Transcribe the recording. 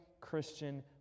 Christian